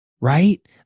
right